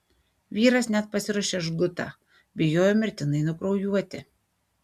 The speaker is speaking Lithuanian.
vyras net pasiruošė žgutą bijojo mirtinai nukraujuoti